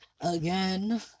again